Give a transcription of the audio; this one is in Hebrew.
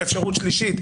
אפשרות שלישית,